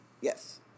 Yes